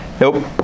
nope